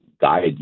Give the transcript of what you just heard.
guide